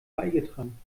beigetragen